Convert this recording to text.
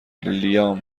لیام